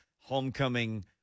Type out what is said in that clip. homecoming